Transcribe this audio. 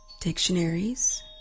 Dictionaries